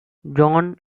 john